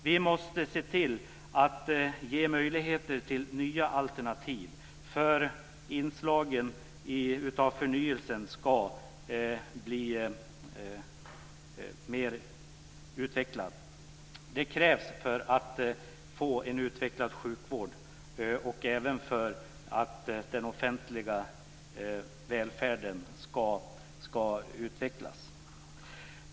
Vi måste se till att ge möjligheter till nya alternativ för att inslagen i förnyelsen ska utvecklas ytterligare. Det krävs för att få en utvecklad sjukvård och även för utveckling av den offentliga välfärden.